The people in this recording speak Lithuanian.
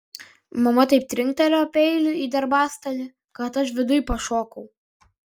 mama taip trinktelėjo peiliu į darbastalį kad aš viduj pašokau